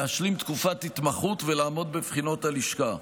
להשלים תקופת התמחות ולעמוד בבחינות הלשכה,